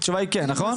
התשובה היא כן, נכון?